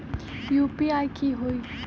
UPI की होई?